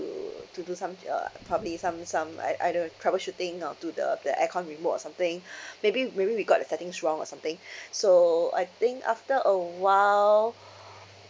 to to do some uh probably some some I I don't troubleshooting ah to the the aircon remote or something maybe maybe we got the settings wrong or something so I think after a while